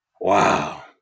Wow